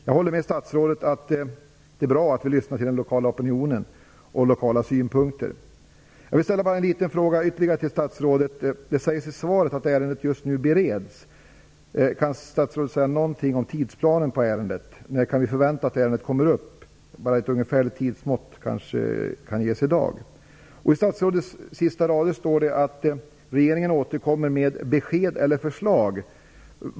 Jag håller med statsrådet om att det är bra att vi lyssnar till den lokala opinionen. Jag vill bara ställa ytterligare en liten fråga till statsrådet. Det sägs i svaret att ärendet just nu bereds. Kan statsrådet säga någonting om tidsplanen för ärendet? När kan vi förvänta att ärendet kommer upp? Det kanske bara kan ges ett ungefärligt tidsmått i dag. I de sista raderna av statsrådets svar står det att regeringen återkommer med besked eller förslag.